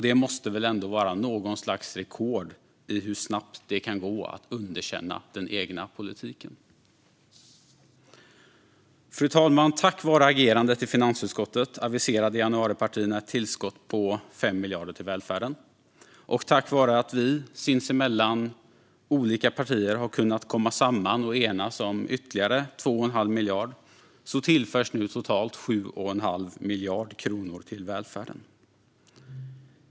Det måste väl ändå vara något slags rekord i hur snabbt det kan gå att underkänna den egna politiken. Fru talman! Tack vare agerandet i finansutskottet aviserade januaripartierna ett tillskott på 5 miljarder till välfärden, och tack vare att vi olika partier sinsemellan har kunnat komma samman och enas om ytterligare 2,5 miljarder tillförs nu totalt 7,5 miljard kronor till välfärden.